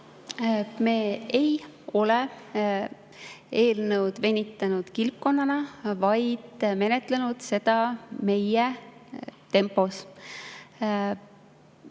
Me ei ole eelnõu venitanud kilpkonnana, vaid menetlenud seda meie tempos.